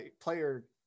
player